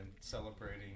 celebrating